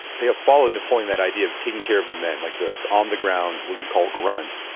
they have followed napoleon. that idea of taking care of the men, like the on the ground, what we call grunts.